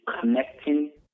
connecting